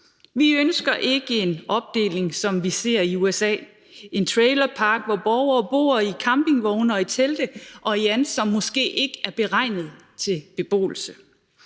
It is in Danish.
Vi ønsker ikke en opdeling, som vi ser i USA – en trailerpark, hvor borgere bor i campingvogne og i telte og i andet, som måske ikke er beregnet til beboelse.